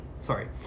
Sorry